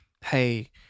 hey